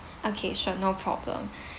okay sure no problem